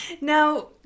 Now